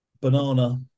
banana